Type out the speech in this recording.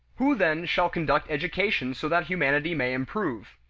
who, then, shall conduct education so that humanity may improve?